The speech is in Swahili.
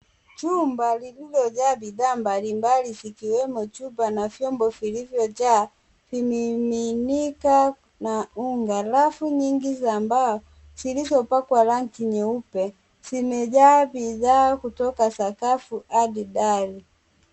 Chumba lililojaa bidhaa mbalimbali zikiwemo chupa na vyombo vilivyojaa, vimiminika na unga. Alafu nyingi za mbao, zilizopakwa rangi nyeupe, zimejaa bidhaa kutoka sakafu hadi dari.